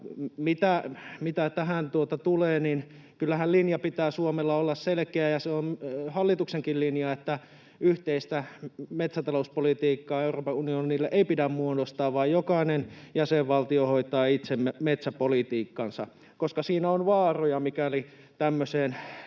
mitä tähän tulee, niin kyllähän linjan pitää Suomella olla selkeä, ja se on hallituksenkin linja, että yhteistä metsätalouspolitiikkaa Euroopan unionille ei pidä muodostaa vaan jokainen jäsenvaltio hoitaa itse metsäpolitiikkansa, koska siinä on vaaroja, mikäli tämmöiseen kehitykseen